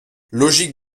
logique